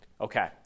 Okay